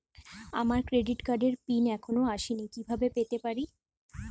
আমার ক্রেডিট কার্ডের পিন এখনো আসেনি কিভাবে পেতে পারি?